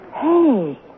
Hey